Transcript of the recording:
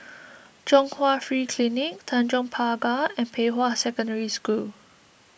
Chung Hwa Free Clinic Tanjong Pagar and Pei Hwa Secondary School